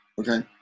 Okay